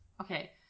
okay